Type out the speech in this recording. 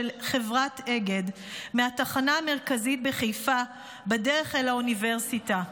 חברת אגד מהתחנה המרכזית בחיפה בדרך אל האוניברסיטה.